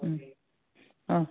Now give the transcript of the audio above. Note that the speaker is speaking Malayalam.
ഹ്മ് ആ